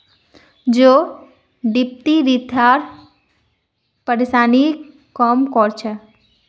जौ डिप्थिरियार परेशानीक कम कर छेक